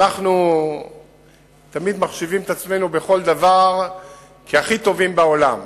שאנחנו תמיד מחשיבים את עצמנו בכל דבר כהכי טובים בעולם.